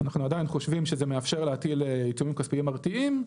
אנחנו עדיין חושבים שזה מאפשר להטיל עיצומים כספיים מרתיעים,